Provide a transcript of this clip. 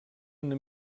una